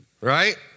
Right